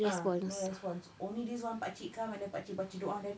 ah no response only this one pakcik come and then pakcik baca doa then